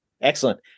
Excellent